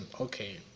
Okay